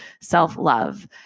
self-love